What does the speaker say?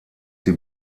die